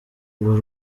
urwo